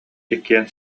иккиэн